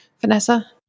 Vanessa